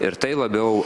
ir tai labiau